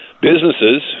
businesses